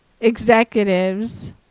executives